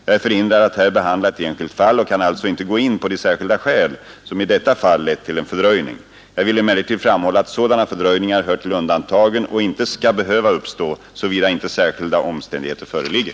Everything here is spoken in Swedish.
Jag är förhindrad att här behandla ett enskilt fall och kan alltså inte gå in på de särskilda skäl som i detta fall lett till en fördröjning. Jag vill emellertid framhålla att sådana fördröjningar hör till undantagen och inte skall behöva uppstå, såvida inte särskilda omständigheter föreligger.